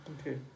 Okay